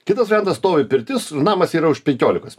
kitasvariantas stovi pirtis namas yra už penkiolikos